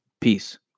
Peace